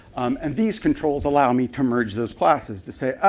and these controls allow me to merge those classes to say,